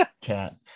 Cat